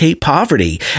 poverty